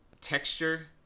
texture